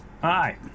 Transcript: Hi